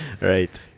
Right